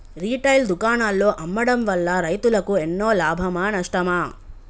Retail దుకాణాల్లో అమ్మడం వల్ల రైతులకు ఎన్నో లాభమా నష్టమా?